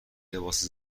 لباس